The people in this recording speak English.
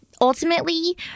Ultimately